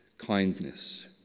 kindness